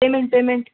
payment payment